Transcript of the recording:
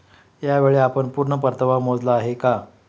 यावेळी आपण पूर्ण परतावा मोजला आहे का?